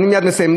נא לסיים.